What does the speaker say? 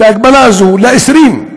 את ההגבלה הזאת, ל-20,